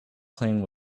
plane